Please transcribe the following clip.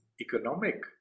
economic